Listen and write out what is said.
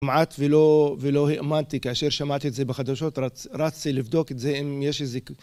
כמעט ולא האמנתי כאשר שמעתי את זה בחדשות, רצתי לבדוק את זה אם יש איזה...